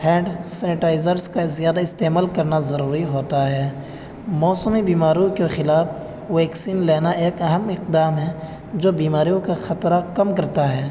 hand sanitizers کا زیادہ استعمل کرنا ضروری ہوتا ہے موسمی بیماریوں کے خلاف ویکسین لینا ایک اہم اقدام ہے جو بیماریوں کا خطرہ کم کرتا ہے